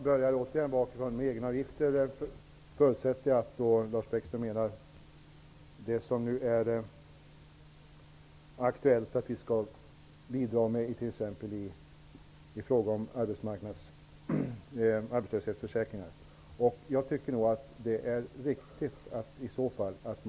Herr talman! Jag svarar på frågan om egenavgifter först. Jag förutsätter att Lars Bäckström menar de avgifter som nu är aktuella och som vi skall bidra med i form av arbetslöshetsförsäkringar. I så fall tycker jag att det är riktigt att ställa upp.